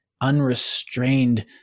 unrestrained